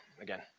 again